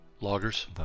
Loggers